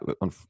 on